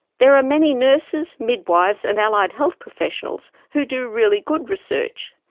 there are many nurses, midwives and allied health professionals who do really good research.